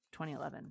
2011